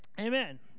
Amen